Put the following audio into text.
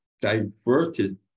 diverted